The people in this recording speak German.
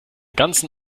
ganzen